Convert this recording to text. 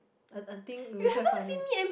I I think will be quite funny